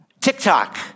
TikTok